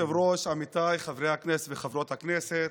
כבוד היושב-ראש, עמיתיי חברי הכנסת וחברות הכנסת,